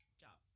job